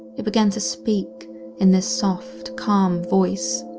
it began to speak in this soft, calm voice.